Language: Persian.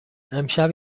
امشب